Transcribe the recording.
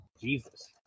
Jesus